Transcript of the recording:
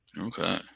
Okay